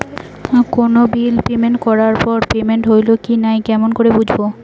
কোনো bill payment করার পর পেমেন্ট হইল কি নাই কেমন করি বুঝবো?